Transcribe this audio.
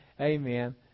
Amen